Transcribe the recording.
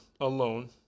alone